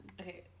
Okay